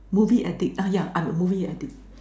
movie addict ah yeah I'm a movie addict